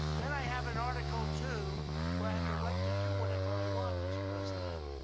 and i have in article two where i have the right to do whatever i wanted as president.